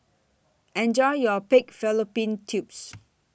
Enjoy your Pig Fallopian Tubes